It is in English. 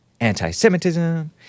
Anti-Semitism